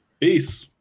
peace